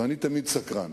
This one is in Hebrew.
ואני תמיד סקרן.